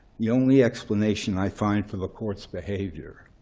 the only explanation i find for the court's behavior